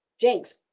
jinx